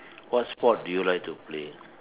what sport do you like to play